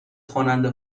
خواننده